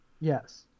Yes